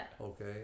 okay